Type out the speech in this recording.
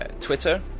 twitter